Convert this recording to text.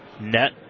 net